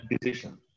decision